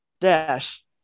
Dash